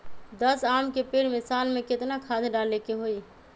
दस आम के पेड़ में साल में केतना खाद्य डाले के होई?